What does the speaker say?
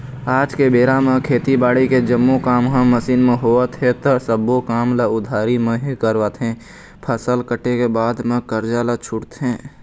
आज के बेरा म खेती बाड़ी के जम्मो काम ह मसीन म होवत हे ता सब्बो काम ल उधारी म ही करवाथे, फसल कटे के बाद म करजा ल छूटथे